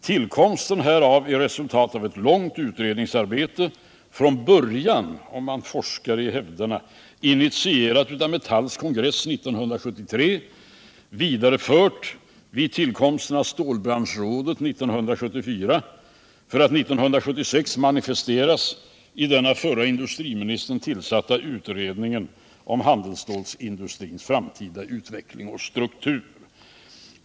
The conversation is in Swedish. Tillkomsten härav är resultat av ett långt utredningsarbete, från början — man finner det om man forskar i hävderna — initierat av Metalls kongress 1973, vidarefört vid tillkomsten av stålbranschrådet 1974, för att 1976 manifesteras i den av förre industriministern tillsatta utredningen om handelsstålsindustrins framtida utveckling och struktur.